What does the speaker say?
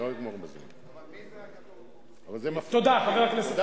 אבל מי זה, אבל זה מפריע לי.